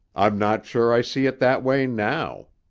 i'm not sure i see it that way now.